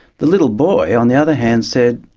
the little boy on the other hand said,